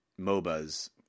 MOBAs